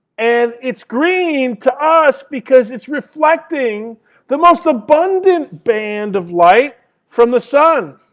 and it's green to us because it's reflecting the most abundant band of light from the sun.